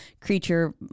creature